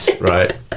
right